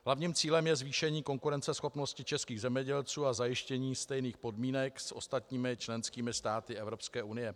Hlavním cílem je zvýšení konkurenceschopnosti českých zemědělců a zajištění stejných podmínek s ostatními členskými státy Evropské unie.